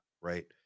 right